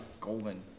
golden